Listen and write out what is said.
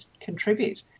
contribute